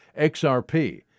XRP